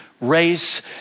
race